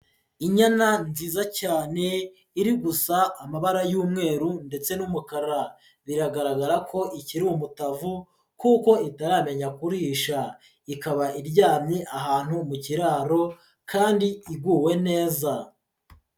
Inyana nziza cyane iri gusa amabara y'umweru ndetse n'umukara, biragaragara ko ikiri umutavu kuko itaramenya kurisha ikaba iryamye ahantu mu kiraro kandi iguwe neza.